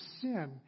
sin